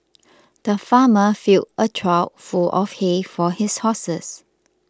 the farmer filled a trough full of hay for his horses